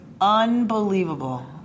Unbelievable